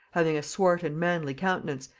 having a swart and manly countenance,